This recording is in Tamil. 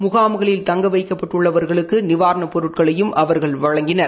முகாம்களில் தங்க வைக்கப்பட்டள்ளவர்களுக்கு நிவாரண பொருட்களையும் அவர்கள் வழங்கினர்